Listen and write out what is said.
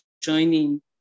joining